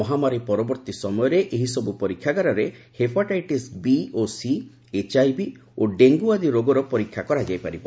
ମହାମାରୀ ପରବର୍ତ୍ତୀ ସମୟରେ ଏହିସବୁ ପରୀକ୍ଷାଗାରରେ ହେପାଟାଇଟିସ୍ ବି' ଓ ସି' ଏଚଆଇଭି ଓ ଡେଙ୍ଗୁ ଆଦି ରୋଗର ପରୀକ୍ଷା କରାଯାଇପାରିବ